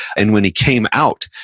and when he came out,